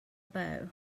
bow